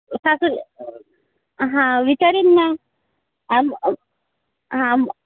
सासू हा विचारीन मग